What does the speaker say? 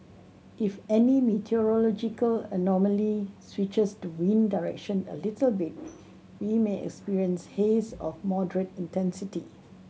if any meteorological anomaly switches the wind direction a little bit we may experience haze of moderate intensity